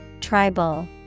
Tribal